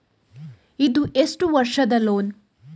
ಇದು ಎಷ್ಟು ವರ್ಷದ ಲೋನ್?